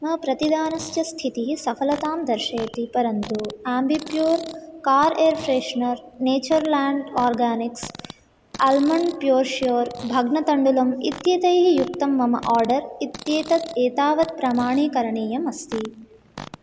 मम प्रतिदानस्य स्थितिः सफलतां दर्शयति परन्तु Ambi Pur car air freshener Natureland organics almond pure sure भग्नतण्डुलम् इत्येतैः युक्तं मम आर्डर् इत्येतत् एतावत् प्रमाणीकरणीयम् अस्ति